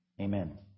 Amen